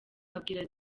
abwira